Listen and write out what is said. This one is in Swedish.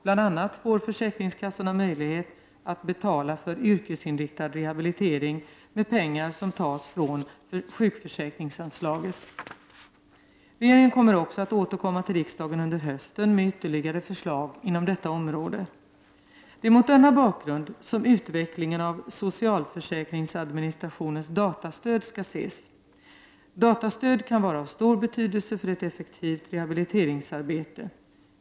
Bl.a. får försäkringskassorna möjlighet att betala för yrkesinriktad rehabilitering med pengar som tas från sjukförsäkringsanslaget. Regeringen kommer också att återkomma till riksdagen under hösten med ytterligare förslag inom detta område. Det är mot denna bakgrund som utvecklingen av socialförsäkringsadministrationens datorstöd skall ses. Datorstöd kan vara av stor betydelse för ett effektivt rehabiliteringsarbete.